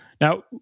Now